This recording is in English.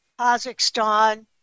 Kazakhstan